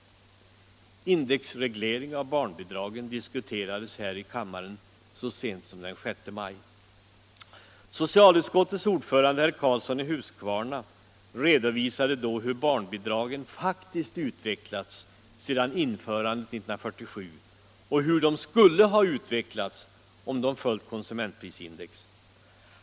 Indexreglering av barnbidragen diskuterades här i kammaren så sent som den'6 maj. Socialutskottets ordförande herr Karlsson i Huskvarna redovisade därvid hur barnbidragen faktiskt utvecklats sedan införandet 1947 och hur de skulle ha utvecklats om de följt konsumentprisindex.